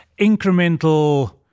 incremental